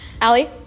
Allie